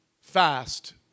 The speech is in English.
fast